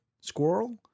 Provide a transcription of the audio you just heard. Squirrel